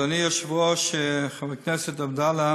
אדוני היושב-ראש, חבר הכנסת עבדאללה